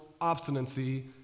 obstinacy